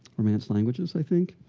romance languages, i think.